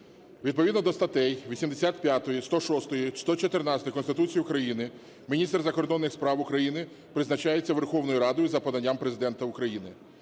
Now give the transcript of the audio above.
Відповідно до статей 85, 106, 114 Конституції України міністр закордонних справ України призначається Верховною Радою за поданням Президента України.